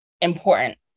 important